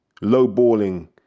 low-balling